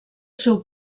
seu